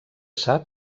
sap